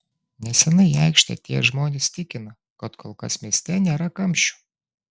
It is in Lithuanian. neseniai į aikštę atėję žmonės tikina kad kol kas mieste nėra kamščių